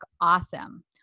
awesome